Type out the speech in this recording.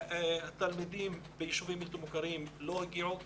התלמידים בישובים הבלתי מוכרים לא הגיעו.